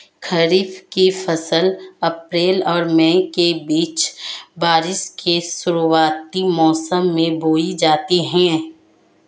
खरीफ़ की फ़सल अप्रैल और मई के बीच, बारिश के शुरुआती मौसम में बोई जाती हैं